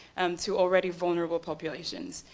to already vulnerable populations.